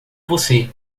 você